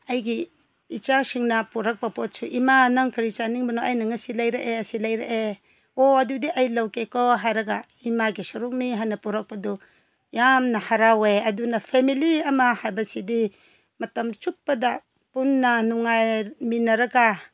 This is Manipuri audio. ꯑꯩꯒꯤ ꯏꯆꯥꯁꯤꯡꯅ ꯄꯨꯔꯛꯄ ꯄꯣꯠꯁꯨ ꯏꯃꯥ ꯅꯪ ꯀꯔꯤ ꯆꯥꯅꯤꯡꯕꯅꯣ ꯑꯩꯅ ꯉꯁꯤ ꯂꯩꯔꯛꯑꯦ ꯑꯁꯤ ꯂꯩꯔꯛꯑꯦ ꯑꯣ ꯑꯗꯨꯗꯤ ꯑꯩ ꯂꯧꯒꯦꯀꯣ ꯍꯥꯏꯔꯒ ꯏꯃꯥꯒꯤ ꯁꯔꯨꯛꯅꯤ ꯍꯥꯏꯅ ꯄꯨꯔꯛꯄꯗꯣ ꯌꯥꯝꯅ ꯍꯔꯥꯎꯋꯦ ꯑꯗꯨꯅ ꯐꯦꯃꯦꯂꯤ ꯑꯃ ꯍꯥꯏꯕꯁꯤꯗꯤ ꯃꯇꯝ ꯆꯨꯞꯄꯗ ꯄꯨꯟꯅ ꯅꯨꯡꯉꯥꯏꯃꯤꯟꯅꯔꯒ